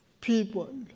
people